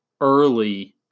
early